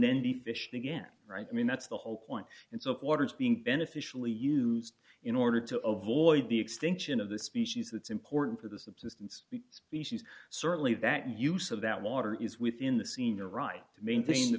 then be fished again right i mean that's the whole point and supporters being beneficially used in order to avoid the extinction of the species that's important for the subsistence species certainly that use of that water is within the scene or right to maintain the